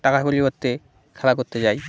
টাকা পরিবর্তে খেলা করতে যাই